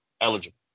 eligible